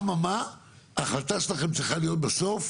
אמה מה, ההחלטה שלכם צריכה להיות בסוף